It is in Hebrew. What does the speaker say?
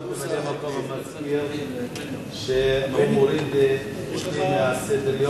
אני קיבלתי הודעה שהוא מוריד אותי מההצעה.